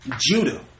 Judah